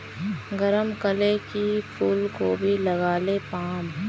गरम कले की फूलकोबी लगाले पाम?